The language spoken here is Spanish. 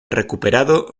recuperado